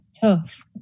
tough